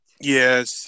Yes